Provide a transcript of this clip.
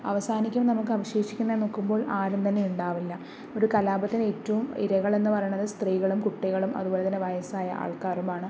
അവസാനിക്കുമ്പോൾ നമുക്ക് അവശേഷിക്കുന്നത് നോക്കുമ്പോൾ ആരും തന്നെ ഉണ്ടാവില്ല ഒരു കലാപത്തിൻ്റെ ഏറ്റവും ഇരകളെന്ന് പറയണത് സ്ത്രീകളും കുട്ടികളും അതുപോലെ തന്നെ വയസ്സായ ആൾക്കാരുമാണ്